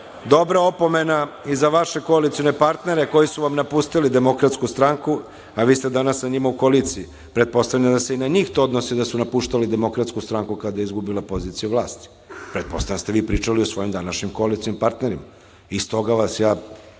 dobra opomena i za vaše koalicione partnere koji su vam napustili DS a vi ste danas sa njima u koaliciji. Pretpostavljam da se i na njih to odnosni da su napuštali DS kada je izgubila poziciju u vlasti. Pretpostavljam da ste vi pričali o svojim današnjim koalicionim partnerima. Stoga vas ja